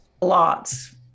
lots